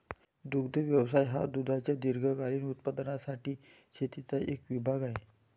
दुग्ध व्यवसाय हा दुधाच्या दीर्घकालीन उत्पादनासाठी शेतीचा एक विभाग आहे